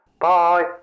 Bye